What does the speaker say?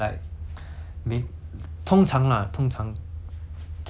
正正正常的家庭 hor